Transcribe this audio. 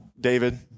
David